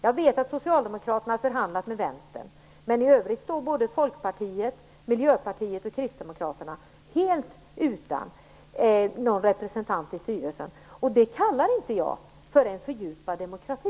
Jag vet att Socialdemokraterna har förhandlat med Vänstern, men i övrigt står både Folkpartiet, Miljöpartiet och Kristdemokraterna helt utan representant i styrelsen. Det kallar inte jag för en fördjupad demokrati.